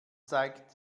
zeigt